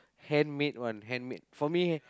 handmade one handmade